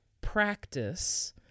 practice